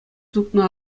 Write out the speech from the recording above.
тупнӑ